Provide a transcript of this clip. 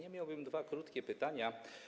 Ja miałbym dwa krótkie pytania.